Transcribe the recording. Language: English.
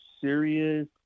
serious